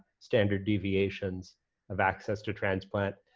standard deviations of access to transplant,